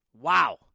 Wow